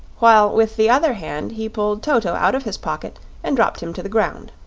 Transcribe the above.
while with the other hand he pulled toto out of his pocket and dropped him to the ground.